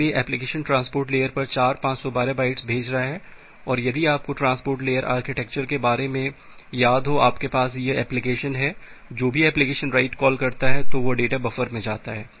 इसलिए application transport layer पर चार 512 बाइट्स भेज रहा है और यदि आपको ट्रांसपोर्ट लेयर आर्किटेक्चर के बारे में याद हो आपके पास यह एप्लिकेशन है जब भी एप्लिकेशन राइट कॉल करता है तो वह डेटा बफर में जाता है